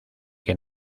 que